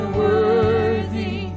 worthy